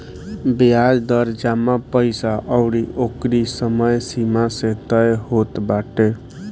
बियाज दर जमा पईसा अउरी ओकरी समय सीमा से तय होत बाटे